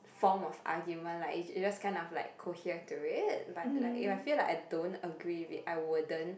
form of argument like you just you just kind of like cohere to it but like if I feel like I don't agree with it I wouldn't